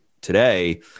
today